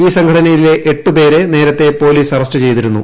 ഈ സംഘടനയിലെ എട്ട് പേരെ നേരത്തെ പൊലീസ് അറസ്റ്റ് ചെയ്തിരുന്നു